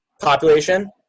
population